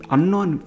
Unknown